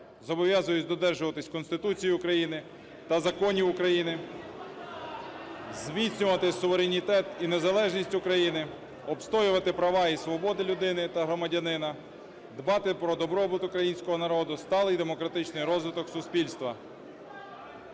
Зобов'язуюсь додержуватися Конституції України та законів України, зміцнювати суверенітет і незалежність України, обстоювати права і свободи людини та громадянина, дбати про добробут Українського народу, сталий демократичний розвиток суспільства.